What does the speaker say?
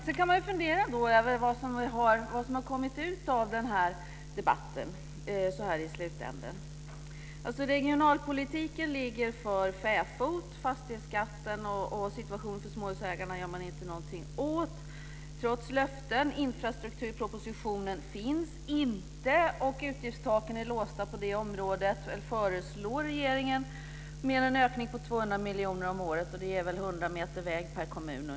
Man kan fundera över vad som har kommit ut av debatten. Regionalpolitiken ligger för fäfot. Det görs ingenting åt fastighetsskatten och situationen för småhusägarna, trots löften. Infrastrukturpropositionen finns inte. Utgiftstaken är låsta på det området. Regeringen föreslår en ökning om 200 miljoner kronor om året. Det ger ungefär 100 meter väg per kommun.